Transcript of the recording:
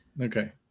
Okay